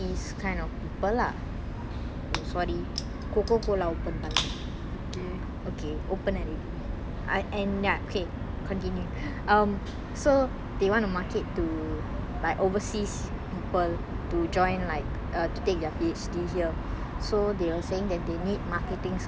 sorry coco cola open பண்ணன்:pannan okay open already continue um so they want to market to like overseas people to join like to take their P_H_D here so they were saying that they need marketing services lah